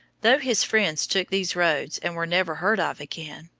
though his friends took these roads and were never heard of again,